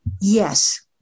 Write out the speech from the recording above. Yes